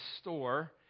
store